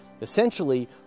essentially